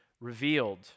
revealed